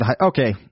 okay